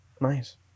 Nice